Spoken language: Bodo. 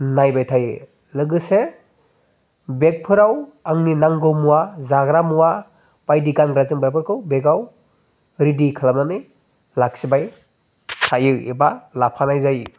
नायबाय थायो लोगोसे बेगफोराव आंनि नांगौ मुवा जाग्रा मुवा बायदि गानग्रा जोमग्राफोरखौ बेगआव रेडि खालामनानै लाखिबाय थायो एबा लाफानाय जायो